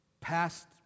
past